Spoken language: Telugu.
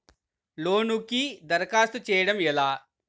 లోనుకి దరఖాస్తు చేయడము ఎలా?